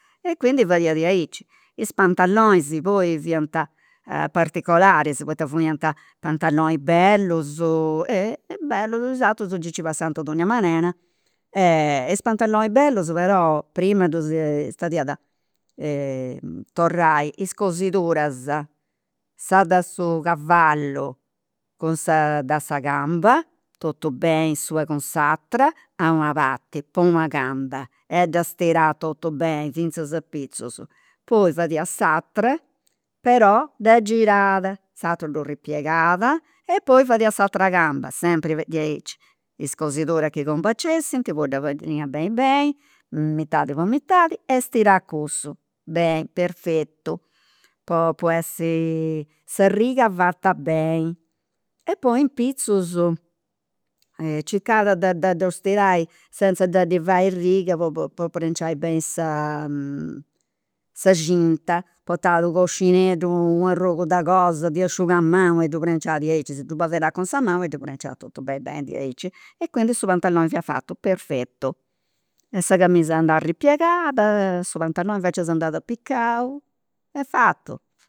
E quindi fadiat diaici, is panalonis poi fiant particolaris poita fuiant pantalonis bellus bellus, is aterus gei nci passant a donnia manera, e is pantalonis bellus però, prima ddus fadiat torrai is cosiduras sa de su cavallu cun sa de sa gamba, totu beni una cun s'atera, a una parti po una camba e dda stirat totu beni finzas a pitzus, poi fadiat s'atera però dda girat, s'ateru ddu ripiegat e poi fadiat s'atera camba, sempri diaici, is cosiduras chi cumbacessint, po dda fadiat beni beni, mitadi po mitadi, e stirat cussu, beni, perfettu, po essi sa riga fata beni, e poi in pitzus circat de dda ddu stirai senza de ddi fai riga po po prenciai beni sa sa cinta, portat u' coxineddu, u' arrogu de cosa, de asciugamanu e ddu prenciat diaici, si ddu apoderat cun sa manu e ddu prenciat a totu beni beni diaici e quindi su pantaloni fiat fatu, perfettu, e sa camisa andat ripiegat e su pantaloni invecias andat apicau e fatu